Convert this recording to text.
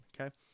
Okay